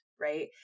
right